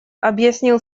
объяснил